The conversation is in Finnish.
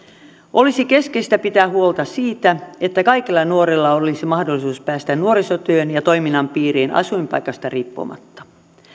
olisi keskeistä pitää huolta siitä että kaikilla nuorilla olisi mahdollisuus päästä nuorisotyön ja toiminnan piiriin asuinpaikasta riippumatta